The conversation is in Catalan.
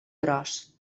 gros